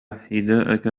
حذاءك